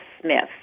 Smith